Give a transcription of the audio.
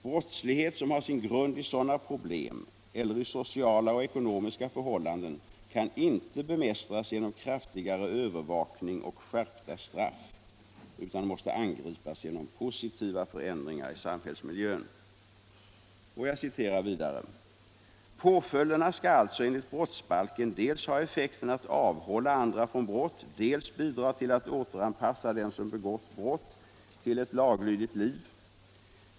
Brottslighet som har sin grund i sådana problem eller i sociala och ekonomiska förhållanden kan inte bemästras med kraftigare övervakning och skärpta straff utan måste angripas genom positiva förändringar av samhällsmiljön.” Jag citerar vidare: ”Påföljderna skall alltså enligt brottsbalken dels ha effekten att avhålla andra från brott, dels bidra till att återanpassa den som begått brott till ett laglydigt liv.